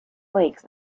lakes